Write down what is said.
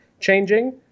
changing